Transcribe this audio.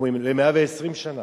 ל-120 שנה.